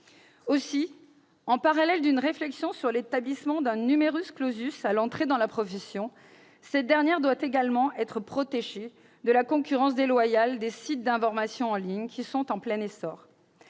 Aussi, en parallèle d'une réflexion sur l'établissement d'un à l'entrée dans la profession, cette dernière doit-elle également être protégée de la concurrence déloyale des sites d'information en ligne, qui sont en plein essor.